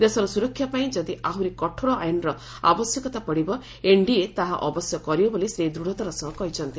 ଦେଶର ସୁରକ୍ଷା ପାଇଁ ଯଦି ଆହୁରି କଠୋର ଆଇନ୍ର ଆବଶ୍ୟକତା ପଡ଼ିବ ଏନ୍ଡିଏ ତାହା ଅବଶ୍ୟ କରିବ ବୋଲି ସେ ଦୂଢ଼ତାର ସହ କହିଛନ୍ତି